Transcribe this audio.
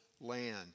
land